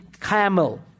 camel